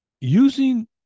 using